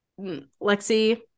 Lexi